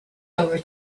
over